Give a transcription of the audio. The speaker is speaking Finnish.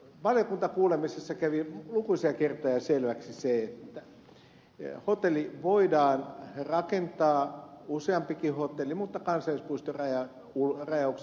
valiokuntakuulemisessa kävi lukuisia kertoja selväksi se että hotelli voidaan rakentaa useampikin hotelli mutta kansallispuiston rajauksen ulkopuolelle